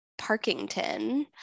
Parkington